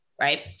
Right